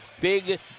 Big